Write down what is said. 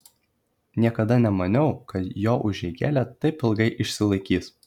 niekada nemaniau kad jo užeigėlė taip ilgai išsilaikys